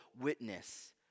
witness